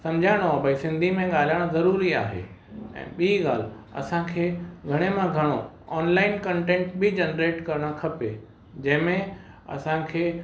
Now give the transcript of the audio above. सम्झाइणो आहे भई सिंधी में ॻाल्हाइणु ज़रूरी आहे ऐं ॿी ॻाल्हि असांखे घणे मां घणो ऑनलाइन कंटेंट बि जनरेट करणु खपे जंहिंमें असांखे